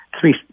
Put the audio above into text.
three